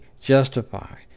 justified